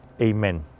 Amen